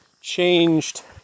changed